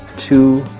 two